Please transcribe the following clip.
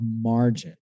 margin